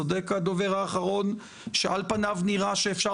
צודק הדובר האחרון שעל פניו נראה שאפשר